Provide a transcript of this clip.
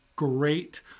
great